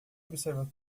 observa